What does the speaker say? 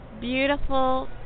beautiful